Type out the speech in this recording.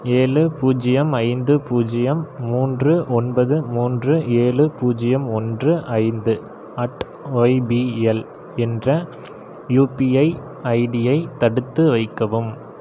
ஏழு பூஜ்ஜியம் ஐந்து பூஜ்ஜியம் மூன்று ஒன்பது மூன்று ஏழு பூஜ்ஜியம் ஒன்று ஐந்து அட் ஒய்பிஎல் என்ற யுபிஐ ஐடியை தடுத்து வைக்கவும்